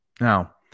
now